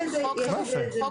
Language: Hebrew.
יש את זה ברשימה.